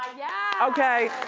yeah! okay.